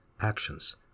actions